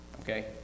Okay